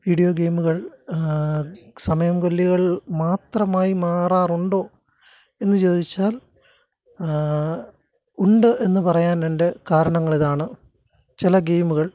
video ഗെയിമുകള് സമയം കൊല്ലികള് മാത്രമായി മാറാറുണ്ടോ എന്ന് ചോദിച്ചാല് ഉണ്ട് എന്ന് പറയാൻ എന്റെ കാരണങ്ങൾ ഇതാണ് ചില ഗെയിമുകള്